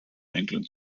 england